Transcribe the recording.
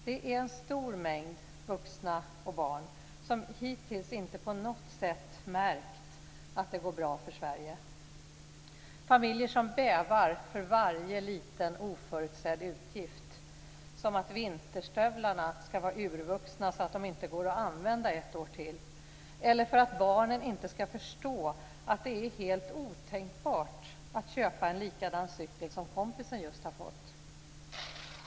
Det är en stor mängd vuxna och barn som hittills inte på något sätt märkt att det går bra för Sverige. Det är familjer som bävar för varje liten oförutsedd utgift, som att vinterstövlarna ska vara urvuxna så att de inte går att använda ett år till eller för att barnen inte ska förstå att det är helt otänkbart att köpa en likadan cykel som kompisen just har fått.